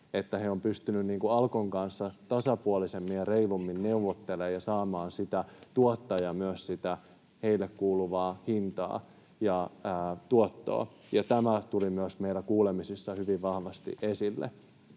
Tuottajat ovat pystyneet Alkon kanssa tasapuolisemmin ja reilummin neuvottelemaan ja saamaan sitä heille kuuluvaa hintaa ja tuottoa, ja tämä tuli myös meillä kuulemisissa hyvin vahvasti esille.